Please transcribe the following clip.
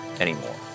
anymore